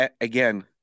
again